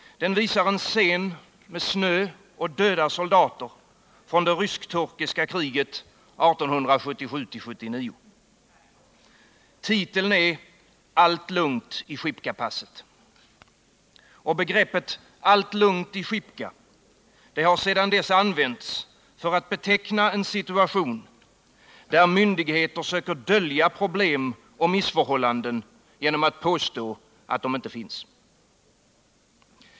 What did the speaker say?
Den visar en scen med snö och döda soldater från rysk-turkiska kriget 1877-1879. Titeln är ”Allt lugnt i Schipka-passet”. Begreppet ”allt lugnt i Schipka” har sedan dess använts för att beteckna en situation, där myndigheter söker dölja problem och missförhållanden genom att påstå att de inte finns.